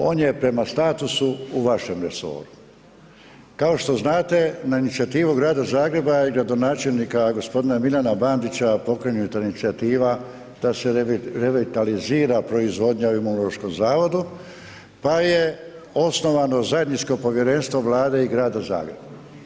On je prema statusu u vašem resoru, kao što znate na inicijativu Grada Zagreba i gradonačelnika gospodina Milana Bandića pokrenuta inicijativa da se revitalizira proizvodnja u Imunološkom zavodu, pa je osnovano zajedničko povjerenstvo Vlade i Grada Zagreba.